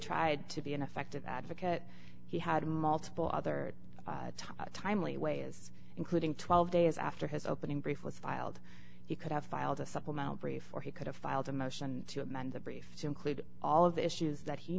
tried to be an effective advocate he had multiple other timely way as including twelve days after his opening brief was filed he could have filed a supplemental brief or he could have filed a motion to amend the brief to include all of the issues that he